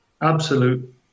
Absolute